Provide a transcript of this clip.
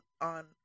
on